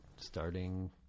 starting